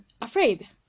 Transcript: afraid